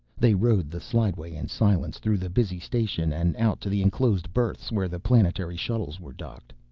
they rode the slideway in silence through the busy station and out to the enclosed berths where the planetary shuttles were docked.